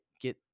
get